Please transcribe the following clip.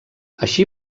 així